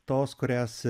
tos kurias